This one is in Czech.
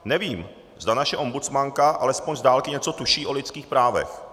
Nevím, zda naše ombudsmanka alespoň zdálky něco tuší o lidských právech.